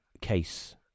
case